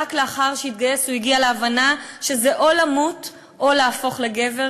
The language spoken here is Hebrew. ורק לאחר שהתגייס הוא הגיע להבנה שזה או למות או להפוך לגבר,